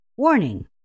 Warning